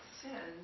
sin